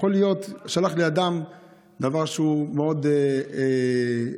שלח לי אדם דבר שהוא מאוד חמוד,